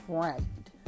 friend